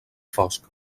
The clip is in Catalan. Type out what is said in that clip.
fosc